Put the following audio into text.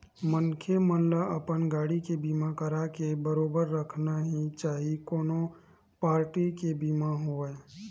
मनखे मन ल अपन गाड़ी के बीमा कराके बरोबर रखना ही चाही कोनो पारटी के बीमा होवय